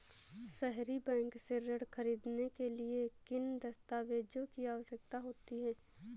सहरी बैंक से ऋण ख़रीदने के लिए किन दस्तावेजों की आवश्यकता होती है?